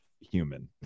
human